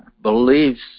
beliefs